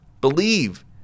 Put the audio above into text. believe